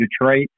Detroit